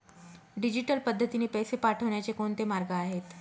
Digital पद्धतीने पैसे पाठवण्याचे कोणते मार्ग आहेत?